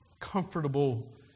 comfortable